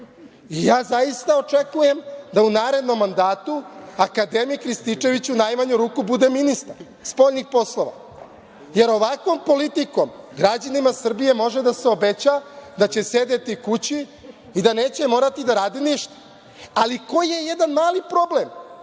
tone. Zaista, očekujem da u narednom mandatu akademik Rističević u najmanju ruku bude ministar spoljnih poslova, jer ovakvom politikom građanima Srbije može da se obeća da će sedeti kući i da neće morati da rade ništa. Ali tu je jedan mali problem,